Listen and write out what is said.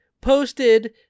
posted